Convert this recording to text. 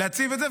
להציף את זה.